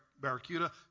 Barracuda